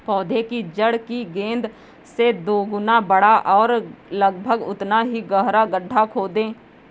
पौधे की जड़ की गेंद से दोगुना बड़ा और लगभग उतना ही गहरा गड्ढा खोदें